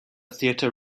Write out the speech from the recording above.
theatre